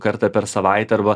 kartą per savaitę arba